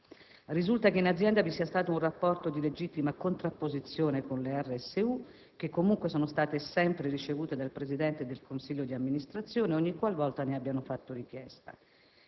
Risulta che in azienda vi sia stato un rapporto di legittima contrapposizione con le RSU che comunque sono state sempre ricevute dal Presidente del consiglio di amministrazione ogni qualvolta ne abbiano fatto richiesta.